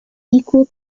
equal